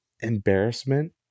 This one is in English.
embarrassment